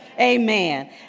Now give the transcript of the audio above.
Amen